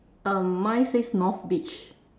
mine says north beach